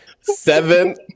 Seven